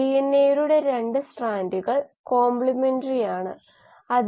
bacteria പോലുള്ള താഴ്ന്ന ജീവികളിൽ പ്ലാസ്മ മെംബറേൻ കുറുകെയാണ് ഈ പ്രക്രിയ നടക്കുന്നത്